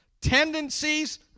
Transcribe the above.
tendencies